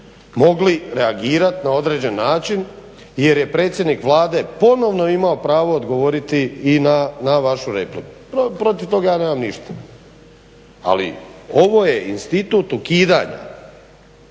mogli reagirati na određen način jer je predsjednik vlade ponovno imao pravo odgovoriti i na vašu repliku. Protiv toga ja nemam ništa. Ali ovo je institut ukidanja